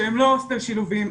שהם לא הוסטלים שילוביים,